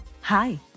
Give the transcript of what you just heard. Hi